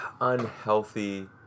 unhealthy